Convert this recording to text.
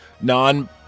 non